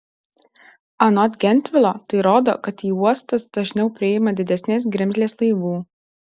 anot gentvilo tai rodo kad į uostas dažniau priima didesnės grimzlės laivų